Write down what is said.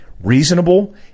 Reasonable